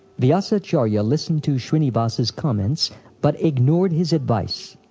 vyasacharya listened to shrinivas's comments but ignored his advice.